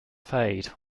fade